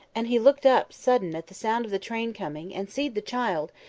and he looked up sudden, at the sound of the train coming, and seed the child,